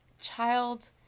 child